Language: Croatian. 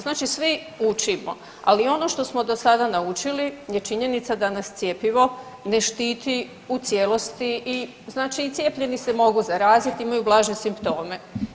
Znači svi učimo, ali ono što smo do sada načuli je činjenica da nas cjepivo ne štiti u cijelosti i znači i cijepljeni se mogu zaraziti, imaju blaže simptome.